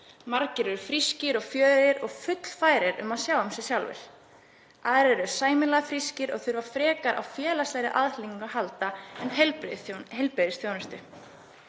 Margir eru frískir og fjörugir og fullfærir um að sjá um sig sjálfir, aðrir eru sæmilega frískir og þurfa frekar á félagslegri aðhlynningu að halda en heilbrigðisþjónustu.